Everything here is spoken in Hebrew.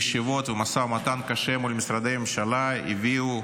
ישיבות ומשא ומתן קשה מול משרדי הממשלה הביאו